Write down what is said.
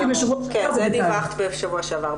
זה דיווחת בשבוע שעבר.